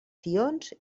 tions